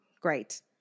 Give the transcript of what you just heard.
Great